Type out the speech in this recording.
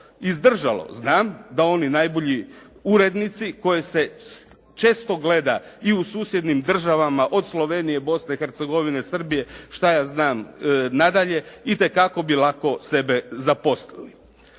izdržalo. Znam da oni najbolji urednici koje se često gleda i u susjednim državama od Slovenije, Bosne i Hercegovine, Srbije nadalje itekako bi lako sebe zaposlili.